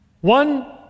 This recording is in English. One